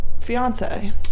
fiance